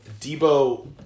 Debo –